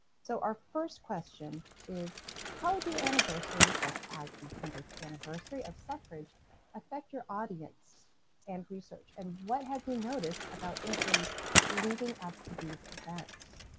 so our first question is how do anniversaries such as the kind of one anniversary of suffrage affect your audience and research and what have you noticed about inquiries leading up to these events?